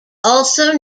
also